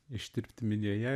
ištirpti minioje